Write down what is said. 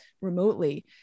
remotely